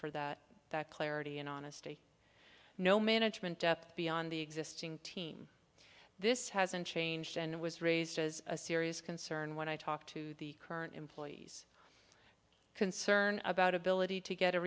for that clarity and honesty no management depth beyond the existing team this hasn't changed and was raised as a serious concern when i talk to the current employees concern about ability to get a